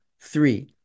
three